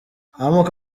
amoko